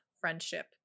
friendship